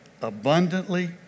abundantly